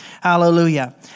Hallelujah